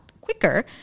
quicker